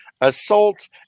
assault